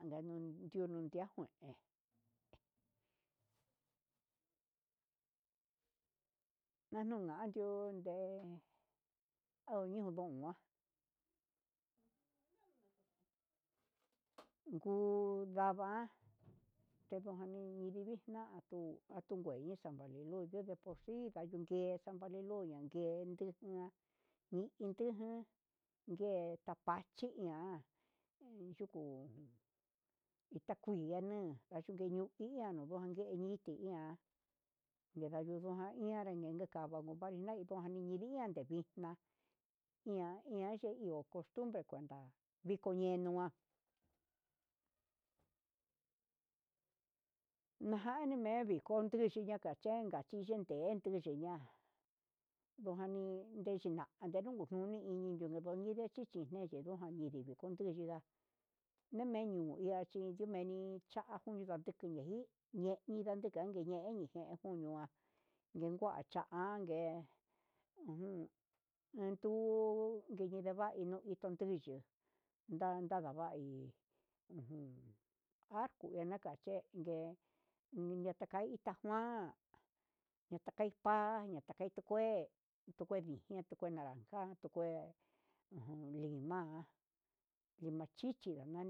Nguenu yundundia nguee naniu ndandio ndé, kandio ndiuma'a uju ndava'a xhenunavii ndinii natuu natuna kue hixan, nidno deporsin nga ñuu kué n ngue ndijina ni i ndujun, nguee tapaxhi iha jan yukuu, nita kuii nganan yuku ñuu iin kindojan nduje ñi'i iha nde nugaian ndene nregue ndekava nguninai nikanrani nguninai duguini inrian, ndevixna iha iha cheio kue costumbre ndunga, viko yengua najan ndimen xhini kontrui ndakamen, ndakachin ndein ndiyuxhiñia ndujani ndechinande ndenijun niñe ndechine'e ndujan ndivii kution yuu, ndemeniu iha chi cha tujeni mi ñii inka ndika ye'e nije nunua nikua chan nguee ujun natu kidini vai nuu itun nduyuu, ndan ndadavai ujun ako'o ndinaka chuenke niñe taka ita kuan natai pa'aña ndaka ituu kué tu kue ian tukue naranja atukue ha ujun ndima'a nune chichi.